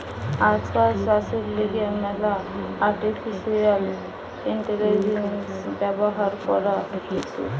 আজকাল চাষের লিগে ম্যালা আর্টিফিশিয়াল ইন্টেলিজেন্স ব্যবহার করা হতিছে